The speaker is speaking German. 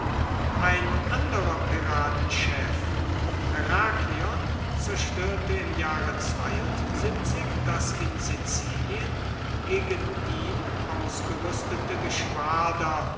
ein anderer piratenchef herakleon zerstörte im jahre das in sizilien gegen ihn ausgerüstete geschwader